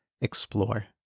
explore